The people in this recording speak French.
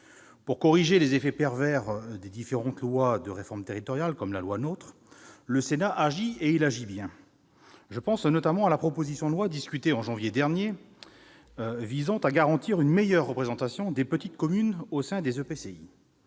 Pour corriger les effets pervers des différentes lois de réforme territoriale, comme la loi NOTRe, le Sénat agit et agit bien. Je pense notamment à la proposition de loi discutée au mois de janvier dernier visant à assurer une plus juste représentation des petites communes au sein des